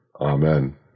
Amen